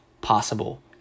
possible